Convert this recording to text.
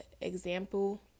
example